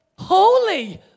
holy